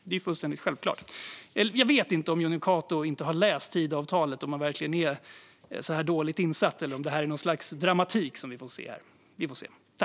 Det är fullständigt självklart. Jag vet inte om Jonny Cato faktiskt har läst Tidöavtalet och om han verkligen är så här dåligt insatt eller om det vi får se här är något slags dramatik. Vi får väl se.